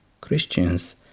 Christians